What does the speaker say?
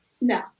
No